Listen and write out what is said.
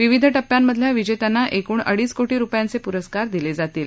विविध टप्प्यांमधल्या विजेत्याना एकुण अडीच कोटी रुपयांचे पुरस्कार दिले जातील